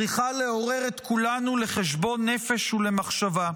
צריך לעורר את כולנו לחשבון נפש ולמחשבה.